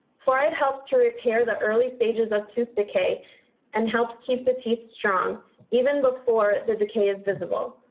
fluoride helps to repair the early stages of tooth decay and helps keeps the teeth strong even before the decay is visible.